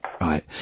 right